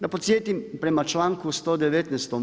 Da podsjetim, prema članku 119.